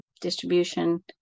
distribution